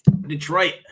Detroit